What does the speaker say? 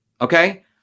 Okay